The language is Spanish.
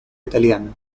italiana